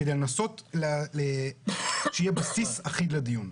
כדי לנסות שיהיה בסיס אחיד לדיון,